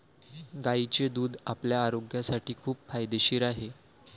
गायीचे दूध आपल्या आरोग्यासाठी खूप फायदेशीर आहे